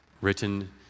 written